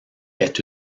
est